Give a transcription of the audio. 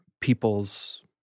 people's